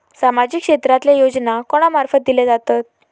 सामाजिक क्षेत्रांतले योजना कोणा मार्फत दिले जातत?